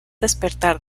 despertar